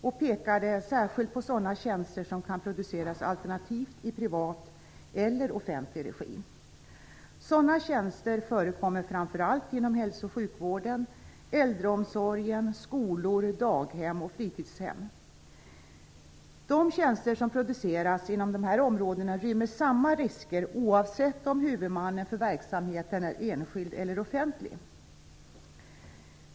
Vi pekade särskilt på sådana tjänster som kan produceras antingen i privat eller offentlig regi. Sådana tjänster förekommer framför allt inom hälso och sjukvården, äldreomsorgen, skolor, daghem och fritidshem. De tjänster som produceras inom dessa områden rymmer samma risker oavsett om huvudmannen för verksamheten är enskild eller offentlig.